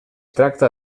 tracta